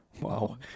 Wow